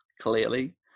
clearly